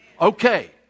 Okay